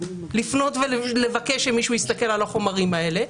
לפנות ולבקש שמישהו יסתכל על החומרים האלה.